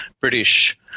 British